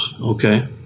okay